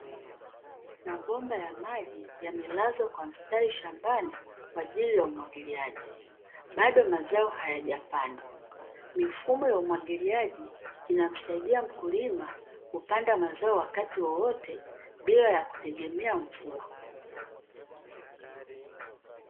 Mabomba ya maji yamelazwa kwa mstari shambani kwajili ya umwagiliaji bado mazao hayapandwa. Mifumo ya umwagiliaji inamsaidia mkulima kupanda mazao wakati wowote bila ya kutegemea mvua.